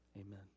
Amen